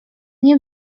nie